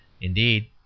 indeed